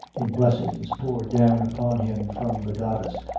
in blessings poured down upon him from the goddess,